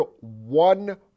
one